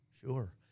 Sure